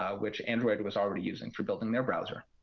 ah which android was already using for building their browser.